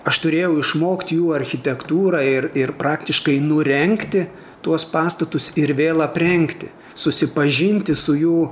aš turėjau išmokti jų architektūrą ir ir praktiškai nurengti tuos pastatus ir vėl aprengti susipažinti su jų